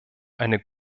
eine